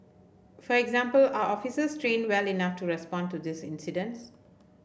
for example are officers trained well enough to respond to these incidents